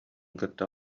кытта